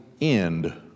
end